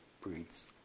breeds